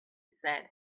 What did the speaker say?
said